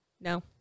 No